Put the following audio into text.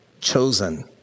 chosen